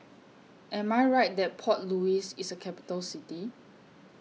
Am I Right that Port Louis IS A Capital City